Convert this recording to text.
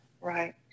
right